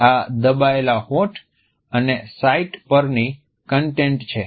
આ દબાયેલા હોઠ અને સાઇટ પરની કન્ટેન્ટ છે